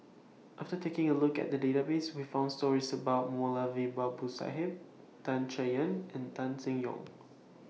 after taking A Look At The Database We found stories about Moulavi Babu Sahib Tan Chay Yan and Tan Seng Yong